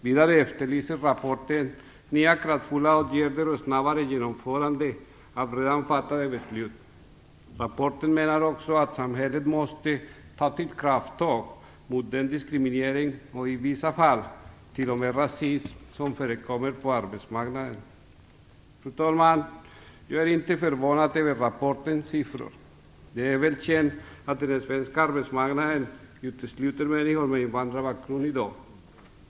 Vidare efterlyser rapporten "nya, kraftfulla åtgärder och snabbare genomförande av redan fattade beslut". Rapporten menar också att samhället måste ta "till krafttag mot den diskriminering och i vissa fall till och med rasism" som förekommer på arbetsmarknaden. Fru talman! Jag är inte förvånad över rapportens siffror. Det är väl känt att den svenska arbetsmarknaden i dag utesluter människor med invandrarbakgrund.